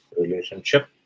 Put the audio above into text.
relationship